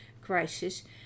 crisis